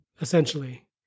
Essentially